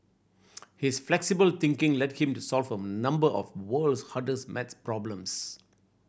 his flexible thinking led him to solve a number of world's hardest math problems